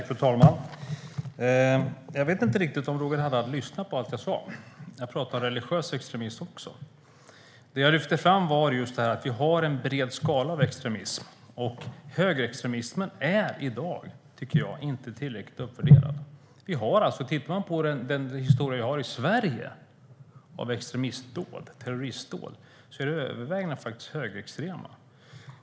Fru talman! Jag vet inte riktigt om Roger Haddad lyssnade på allt jag sa. Jag pratade om religiös extremism också. Det jag lyfte fram var just att vi har en bred skala av extremism. Högerextremismen är i dag, tycker jag, inte tillräckligt uppvärderad. Man kan titta på den historia vi har i Sverige av extremistdåd, terroristdåd. Till övervägande del är de faktiskt högerextrema.